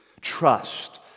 trust